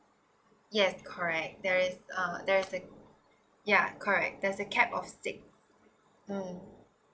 yes correct there is a there is ya correct there's a cap of six mm